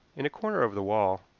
in a corner of the wall,